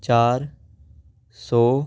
ਚਾਰ ਸੌ